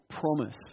promise